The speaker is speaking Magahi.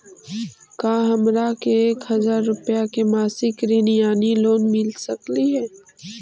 का हमरा के एक हजार रुपया के मासिक ऋण यानी लोन मिल सकली हे?